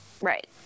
right